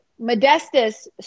Modestus